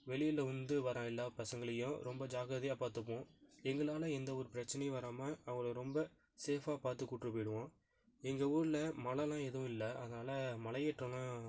வெளியில் இருந்து வர்ற பசங்களையும் ரொம்ப ஜாக்கிரதையாக பார்த்துப்போம் எங்களால் எந்த ஒரு பிரச்சினையும் வராமல் அவங்களை ரொம்ப சேஃப்பாக பார்த்து கூட்டுப் போய்விடுவோம் எங்கள் ஊரில் மலைலாம் எதுவும் இல்லை அதால் மலை ஏற்றோன்னால்